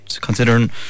considering